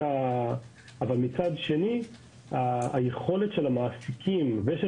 אבל מצד שני היכולת של המעסיקים ושל